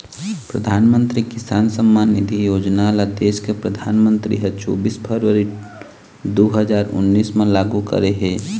परधानमंतरी किसान सम्मान निधि योजना ल देस के परधानमंतरी ह चोबीस फरवरी दू हजार उन्नीस म लागू करे हे